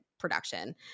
production